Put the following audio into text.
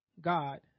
God